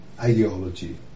ideology